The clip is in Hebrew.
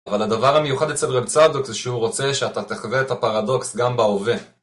אבל הדבר המיוחד אצל רב צדוק זה שהוא רוצה שאתה תחווה את הפרדוקס גם בהווה.